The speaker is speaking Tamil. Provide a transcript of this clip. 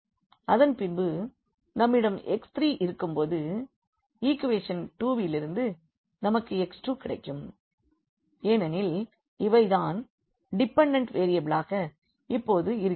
அதன்பின்பு நம்மிடம் x3இருக்கும்போது ஈக்குவேஷன் 2 இலிருந்து நமக்கு x2 கிடைக்கும் ஏனெனில் இவை தான் டிபெண்டெண்ட் வேரியபிள்களாக இப்பொழுது இருக்கிறது